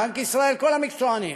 בנק ישראל, כל המקצוענים,